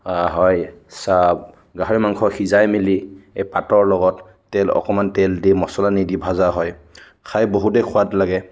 হয় চা গাহৰি মাংস সিজাই মেলি এই পাতৰ লগত তেল অকণমান তেল দি মছলা নিদি ভাজা হয় খাই বহুতে সোৱাদ লাগে